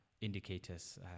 indicators